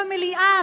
במליאה,